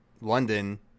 London